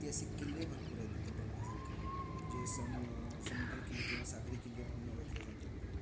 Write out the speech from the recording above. ऐतिहासिक किल्ले भरपूर आहेत इथे बघण्यासारखे जे सम समुद्री किल्ले किंवा सागरी किल्ले म्हणून ओळखले जातात